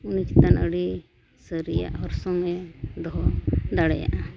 ᱩᱱᱤ ᱪᱮᱛᱟᱱ ᱟᱹᱰᱤ ᱥᱟᱹᱨᱤᱭᱟᱜ ᱚᱨᱥᱚᱝᱼᱮ ᱫᱚᱦᱚ ᱫᱟᱲᱮᱭᱟᱜᱼᱟ